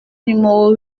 numéro